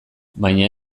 baina